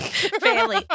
Family